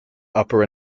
upper